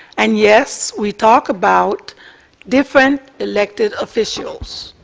and, yes, we talk about different elected officials.